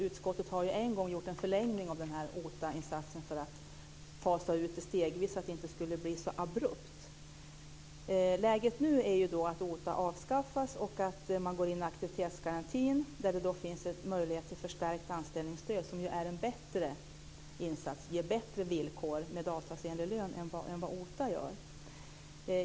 Utskottet har en gång gjort en förlängning av OTA-insatsen, för att fasa ut den stegvis så att det inte skulle bli så abrupt. Läget nu är att OTA avskaffas och att man går in med aktivitetsgarantin. Där finns det möjlighet till förstärkt anställningsstöd, som är en bättre insats och ger bättre villkor med avtalsenlig lön än vad OTA ger.